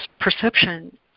perception